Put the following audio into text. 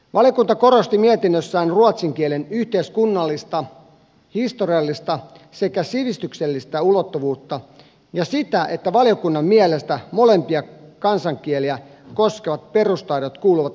valiokunta korosti mietinnössään ruotsin kielen yhteiskunnallista historiallista sekä sivistyksellistä ulottuvuutta ja sitä että valiokunnan mielestä molempia kansankieliä koskevat perustaidot kuuluvat yleissivistykseen